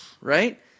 Right